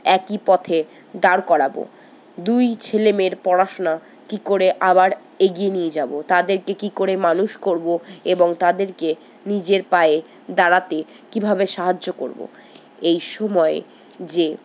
একই পথে দাঁড় করাবো দুই ছেলেমেয়ের পড়াশুনা কী করে আবার এগিয়ে নিয়ে যাবো তাদেরকে কী করে মানুষ করবো এবং তাদেরকে নিজের পায়ে দাঁড়াতে কীভাবে সাহায্য করবো এই সময় যে